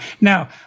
now